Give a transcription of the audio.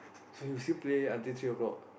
so you still play until three o-clock